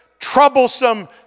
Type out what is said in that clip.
troublesome